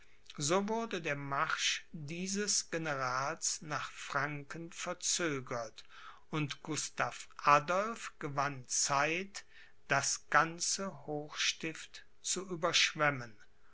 so wurde der marsch dieses generals nach franken verzögert und gustav adolph gewann zeit das ganze hochstift zu